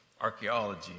archaeology